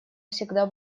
всегда